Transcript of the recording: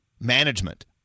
management